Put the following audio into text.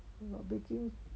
not baking